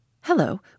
Hello